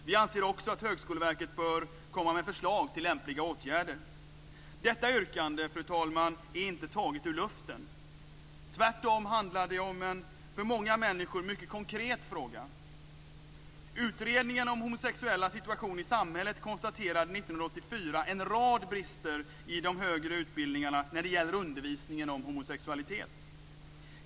Vi anser också att Högskoleverket bör komma med förslag till lämpliga åtgärder. Detta yrkande, fru talman, är inte taget ur luften. Tvärtom handlar det om en för många människor mycket konkret fråga. Utredningen om homosexuellas situation i samhället konstaterade 1984 en rad brister i de högre utbildningarna när det gäller undervisning om homosexualitet.